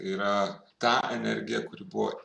yra ta energija kuri buvo